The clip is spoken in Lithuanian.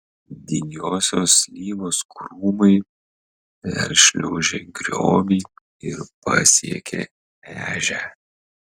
dygiosios slyvos krūmai peršliaužė griovį ir pasiekė ežią